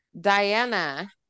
diana